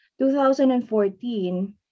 2014